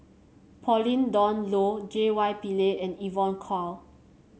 Pauline Dawn Loh J Y Pillay and Evon Kow